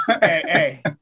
hey